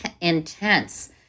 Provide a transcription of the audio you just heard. intense